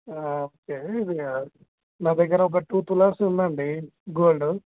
okay ఇది నా దగ్గర ఒక టూ తులాస్ ఉంది అండి గోల్డు